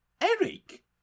Eric